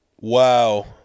Wow